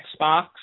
Xbox